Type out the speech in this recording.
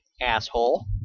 Asshole